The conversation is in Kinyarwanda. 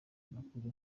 nakuze